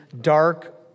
dark